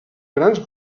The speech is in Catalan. grans